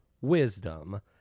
Wisdom